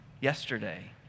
yesterday